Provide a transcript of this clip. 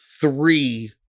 three